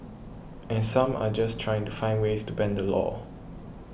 and some are just trying to find ways to bend the law